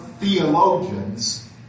theologians